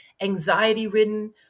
anxiety-ridden